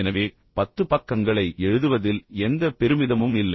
எனவே பத்து பக்கங்களை எழுதுவதில் எந்த பெருமிதமும் இல்லை